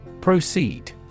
Proceed